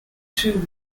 two